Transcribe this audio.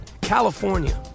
California